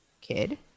kid